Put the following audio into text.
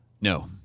No